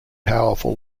powerful